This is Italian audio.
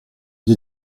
gli